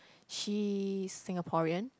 she's Singaporean